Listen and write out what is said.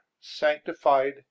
sanctified